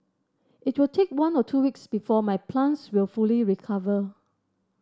it will take one or two weeks before my plants will fully recover